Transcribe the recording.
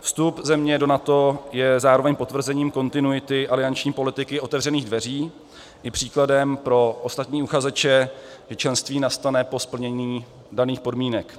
Vstup země do NATO je zároveň potvrzením kontinuity alianční politiky otevřených dveří i příkladem pro ostatní uchazeče, že členství nastane po splnění daných podmínek.